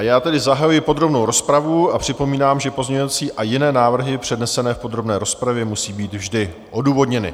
Já tedy zahajuji podrobnou rozpravu a připomínám, že pozměňovací a jiné návrhy přednesené v podrobné rozpravě musí být vždy odůvodněny.